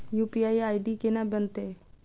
UPI ID केना बनतै?